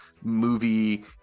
movie